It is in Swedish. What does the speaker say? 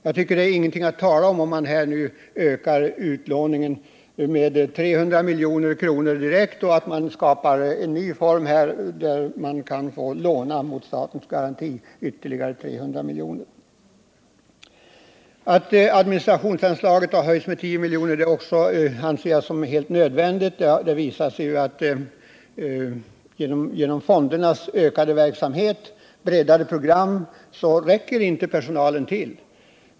Att man nu direkt ökar medlen till utlåning med 300 miljoner och skapar ett nytt borgenssystem så att fonderna mot statens garanti kan låna ytterligare 300 miljoner är inget överbud. Pengarna kommer att behövas. Det är också helt nödvändigt att höja utvecklingsfondernas administrationsanslag med 10 milj.kr. Det har visat sig att personalen på grund av fondernas ökade verksamhet och breddade program inte räcker till.